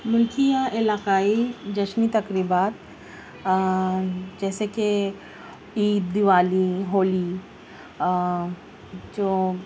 ملکی یا علاقائی جشنی تقریبات جیسے کہ عید دیوالی ہولی جو